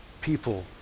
People